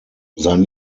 sein